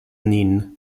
nin